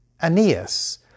Aeneas